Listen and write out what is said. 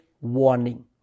warning